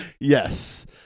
Yes